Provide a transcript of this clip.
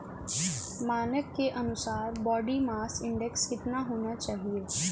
मानक के अनुसार बॉडी मास इंडेक्स कितना होना चाहिए?